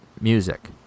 music